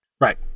Right